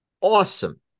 Awesome